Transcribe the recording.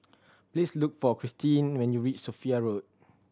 please look for Christeen when you reach Sophia Road